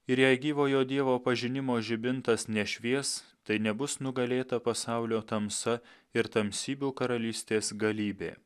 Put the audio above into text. ir jei gyvojo dievo pažinimo žibintas nešvies tai nebus nugalėta pasaulio tamsa ir tamsybių karalystės galybė